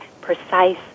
precise